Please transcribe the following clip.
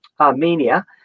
Armenia